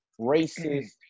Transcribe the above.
racist